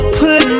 put